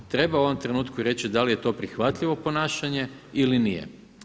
Treba u ovom trenutku reći da li je to prihvatljivo ponašanje ili nije.